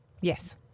Yes